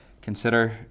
consider